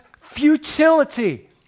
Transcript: futility